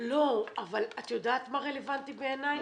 אבל את יודעת מה רלבנטי, בעיניי?